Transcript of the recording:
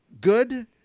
good